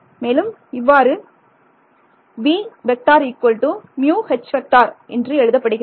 மேலும் இவ்வாறு என்று எழுதப்படுகிறது